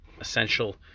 essential